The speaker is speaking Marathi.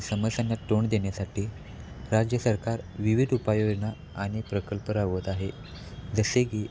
समस्यांना तोंड देण्यासाठी राज्य सरकार विविध उपाययोजना आणि प्रकल्प राबवत आहे जसे की